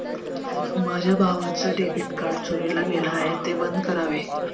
माझ्या भावाचं debit card चोरीला गेलं आहे, ते बंद करावे